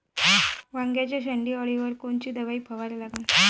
वांग्याच्या शेंडी अळीवर कोनची दवाई फवारा लागन?